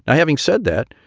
and having said that,